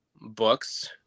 books